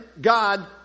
God